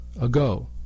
ago